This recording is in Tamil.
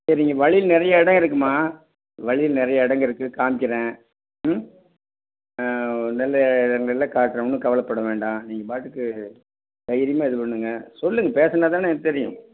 சரிங்க வழியில நிறையா இடம் இருக்கும்மா வழியில நிறையா இடங்க இருக்கு காமிக்கிறேன் ம் நல்ல இடங்கள்லாம் காட்டுறேன் ஒன்றும் கவலைப்பட வேண்டாம் நீங்கள் பாட்டுக்கு தைரியமாக இது பண்ணுங்கள் சொல்லுங்கள் பேசுனா தானங்க தெரியும்